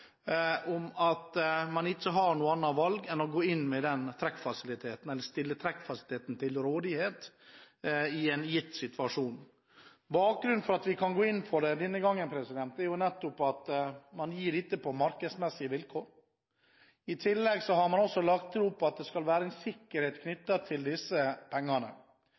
at man ikke har noe annet valg enn å gå inn med den trekkfasiliteten, eller stille trekkfasiliteten til rådighet i en gitt situasjon. Bakgrunnen for at vi kan gå inn for det denne gangen, er jo nettopp at man gir dette på markedsmessige vilkår. I tillegg har man lagt opp til at det skal være en sikkerhet knyttet til disse pengene.